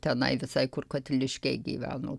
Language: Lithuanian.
tenai visai kur katiliškiai gyveno